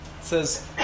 says